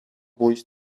boys